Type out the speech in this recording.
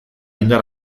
indar